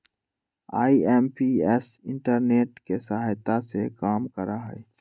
IMPS internet के सहायता से काम करा हई